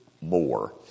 more